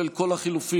למרות שאתם מנסים,